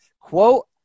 quote